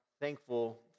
thankful